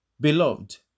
Beloved